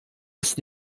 ist